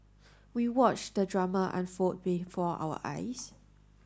we watched the drama unfold before our eyes